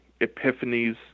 epiphanies